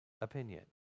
opinion